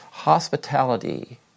hospitality